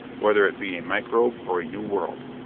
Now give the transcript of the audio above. whether it be a microbe or a new world.